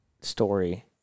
story